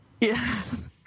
Yes